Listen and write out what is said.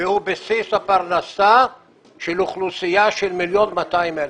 והוא בסיס הפרנסה של אוכלוסייה של מיליון ו-200,000.